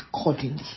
accordingly